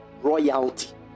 royalty